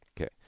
Okay